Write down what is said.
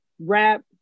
rap